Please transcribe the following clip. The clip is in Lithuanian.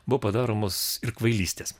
buvo padaromos ir kvailystės